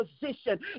position